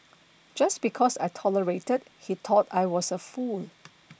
just because I tolerated he thought I was a fool